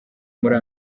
muri